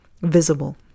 visible